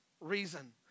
reason